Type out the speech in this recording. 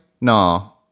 No